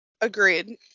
Agreed